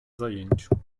zajęciu